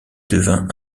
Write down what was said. devint